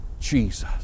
Jesus